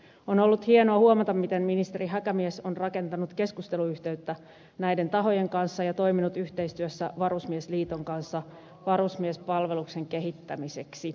on ollut hieno huomata miten ministeri häkämies on rakentanut keskusteluyhteyttä näiden tahojen kanssa ja toiminut yhteistyössä varusmiesliiton kanssa varusmiespalveluksen kehittämiseksi